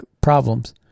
problems